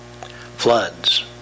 floods